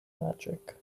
magic